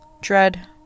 dread